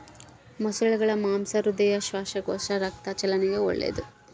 ಮೊಸಳೆಗುಳ ಮಾಂಸ ಹೃದಯ, ಶ್ವಾಸಕೋಶ, ರಕ್ತ ಚಲನೆಗೆ ಒಳ್ಳೆದು